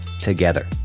Together